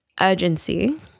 urgency